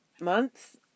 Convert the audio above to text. months